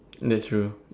that's true